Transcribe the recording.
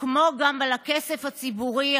ועל הכסף הציבורי,